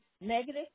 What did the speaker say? negative